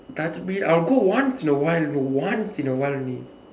clubbing I will go once in a while you know once in a while only